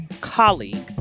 colleagues